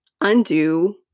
undo